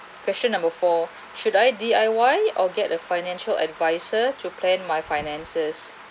question number four should I D_I_Y or get a financial adviser to plan my finances